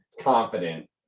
confident